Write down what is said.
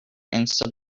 instead